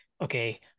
okay